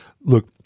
look